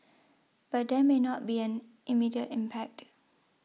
but there may not be an immediate impact